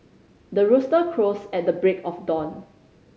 the rooster crows at the break of dawn